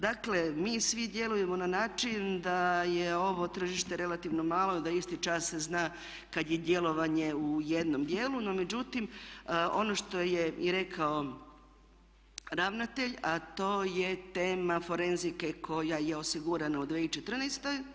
Dakle mi svi djelujemo na način da je ovo tržište relativno malo, da isti čas se zna kad je djelovanje u jednom djelu, no međutim ono što je i rekao ravnatelj a to je tema forenzike koja je osigurana u 2014.